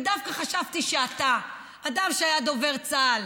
ודווקא חשבתי שאתה אדם שהיה דובר צה"ל,